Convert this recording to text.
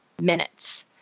minutes